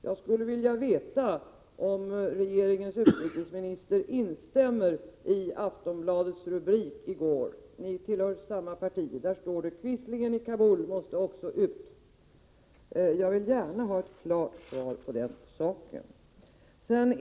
Jag skulle vilja veta om regeringens utrikesminister instämmer i Aftonbladets rubrik i går — ni tillhör ju samma parti. Där stod det: ”Quislingen i Kabul måste också ut.” Jag vill gärna ha ett klart besked på den punkten.